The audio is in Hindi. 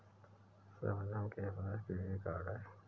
शबनम के पास क्रेडिट कार्ड है